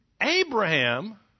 Abraham